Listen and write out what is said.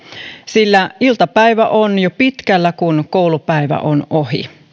sillä iltapäivä on jo pitkällä kun koulupäivä on ohi